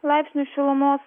laipsnius šilumos